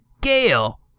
Gale